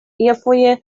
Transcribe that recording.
iafoje